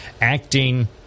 Acting